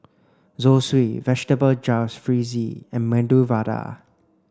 Zosui Vegetable Jalfrezi and Medu Vada